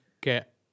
get